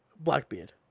blackbeard